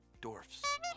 dwarfs